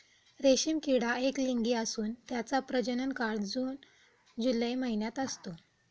रेशीम किडा एकलिंगी असून त्याचा प्रजनन काळ जून जुलै महिन्यात असतो